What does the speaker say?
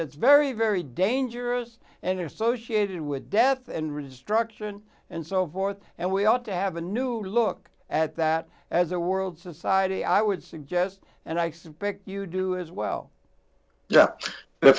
that's very very dangerous and associated with death and restructuring and so forth and we ought to have a new look at that as a world society i would suggest and i suspect you do as well